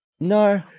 No